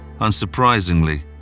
Unsurprisingly